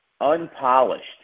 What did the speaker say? unpolished